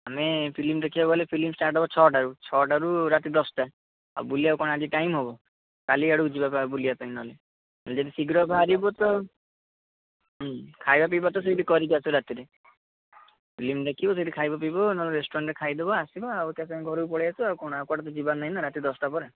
ଆମେ ଫିଲ୍ମ ଦେଖିବାକୁ ଗଲେ ଫିଲ୍ମ ଷ୍ଟାର୍ଟ୍ ହେବ ଛଅଟାରୁ ଛଅଟାରୁ ରାତି ଦଶଟା ଆଉ ବୁଲିବାକୁ କ'ଣ ଆଜି ଟାଇମ୍ ହେବ କାଲି ଆଡ଼କୁ ଯିବା ପା ବୁଲିବା ପାଇଁ ନହେଲେ ଯଦି ଶୀଘ୍ର ବାହରିବୁ ତ ଖାଇବା ପିଇବା ତ ସେଇଠି କରିକି ଆସିବା ରାତିରେ ଫିଲ୍ମ ଦେଖିବୁ ସେଇଠି ଖାଇବୁ ପିଇବୁ ନହେଲେ ରେଷ୍ଟୁରାଣ୍ଟରେ ଖାଇଦେବା ଆସିବା ଆଉ ତାସାଙ୍ଗକୁ ଘରକୁ ପଳାଇ ଆସିବା ଆଉ କ'ଣ ଆଉ କୁଆଡ଼େ ଯିବାର ନାହିଁ ତ ରାତି ଦଶଟା ପରେ